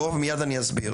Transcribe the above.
לא ומייד אני אסביר,